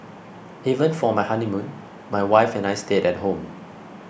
even for my honeymoon my wife and I stayed at home